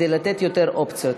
כדי לתת יותר אופציות.